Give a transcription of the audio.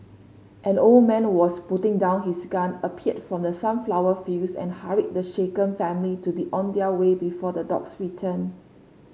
an old man was putting down his gun appeared from the sunflower fields and hurried the shaken family to be on their way before the dogs return